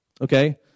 Okay